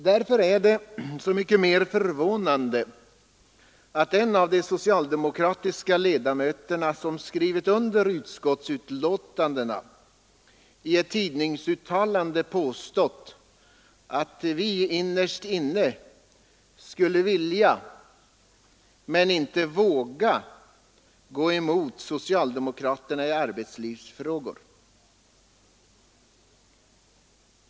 Därför är det så mycket mer förvånande att en av de socialdemokratiska ledamöter, som deltagit i behandlingen av utskottets betänkande, i ett tidningsuttalande påstått att vi innerst inne skulle vilja men inte vågar gå emot socialdemokraterna i arbetslivsfrågor.